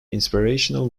inspirational